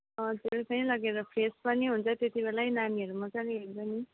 हजुर त्यहीँ लगेर फ्रेस पनि हुन्छ त्यति बेलै नानीहरू मज्जाले हुन्छ नि